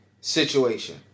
situation